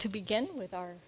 to begin with our